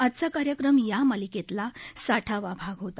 आजचा कार्यक्रम या मालिकेतला साठवा भाग होता